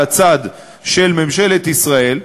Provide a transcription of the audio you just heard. על הצד של ממשלת ישראל,